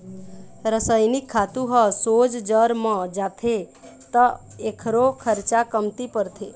रसइनिक खातू ह सोझ जर म जाथे त एखरो खरचा कमती परथे